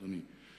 אדוני.